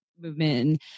movement